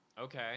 Okay